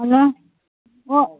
hello ꯍꯣ